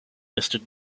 listed